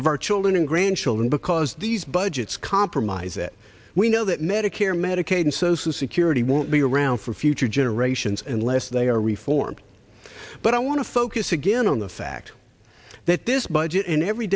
of our children and grandchildren because these budgets compromise it we know that medicare medicaid and social security won't be around for future generations unless they are reformed but i want to focus again on the fact that this budget in every